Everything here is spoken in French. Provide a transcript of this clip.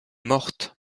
morte